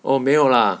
oh 没有 lah